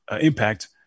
impact